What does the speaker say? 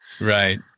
Right